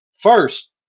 first